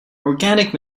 organic